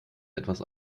etwas